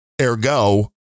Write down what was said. ergo